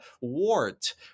wart